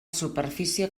superfície